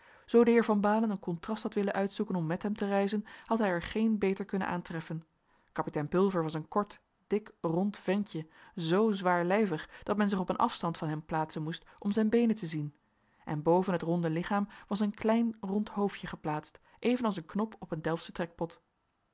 zoo de heer van baalen een contrast had willen uitzoeken om met hem te reizen had hij er geen beter kunnen aantreffen kapitein pulver was een kort dik rond ventje zoo zwaarlijvig dat men zich op een afstand van hem plaatsen moest om zijn beenen te zien en boven het ronde lichaam was een klein rond hoofdje geplaatst evenals een knop op een delftschen trekpot